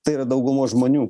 tai yra daugumos žmonių